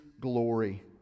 glory